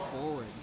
forward